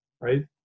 right